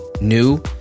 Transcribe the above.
new